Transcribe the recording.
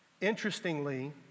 interestingly